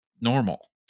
normal